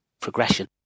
progression